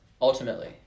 Ultimately